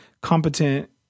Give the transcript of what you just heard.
competent